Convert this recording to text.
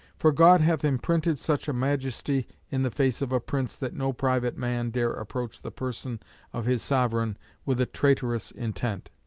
for god hath imprinted such a majesty in the face of a prince that no private man dare approach the person of his sovereign with a traitorous intent.